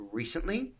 recently